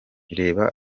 reba